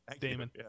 Damon